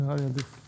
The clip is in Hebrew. נראה לי עדיף.